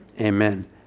amen